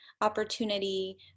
opportunity